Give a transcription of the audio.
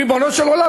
ריבונו של עולם?